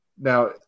Now